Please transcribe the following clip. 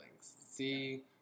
See